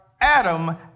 Adam